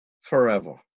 forever